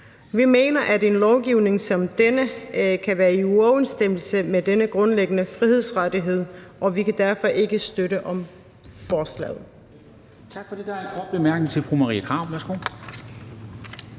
Vi mener, at en lovgivning som denne kan være i uoverensstemmelse med denne grundlæggende frihedsrettighed, og vi kan derfor ikke støtte forslaget.